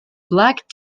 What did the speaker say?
black